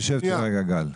תשב ותירגע, גל.